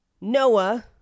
Noah